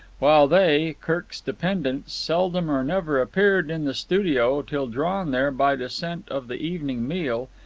while they, kirk's dependents, seldom or never appeared in the studio till drawn there by the scent of the evening meal,